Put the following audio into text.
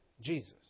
Jesus